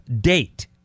date